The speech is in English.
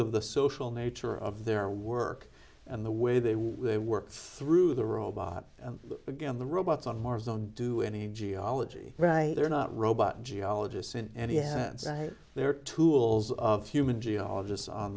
of the social nature of their work and the way they will work through the robot again the robots on mars don't do any geology right they're not robot geologists and he had their tools of human geologists on